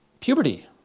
puberty